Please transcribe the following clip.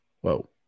whoa